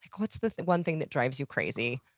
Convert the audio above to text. what's the one thing that drives you crazy,